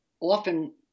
often